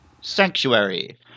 sanctuary